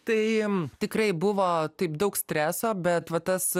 tai tikrai buvo taip daug streso bet va tas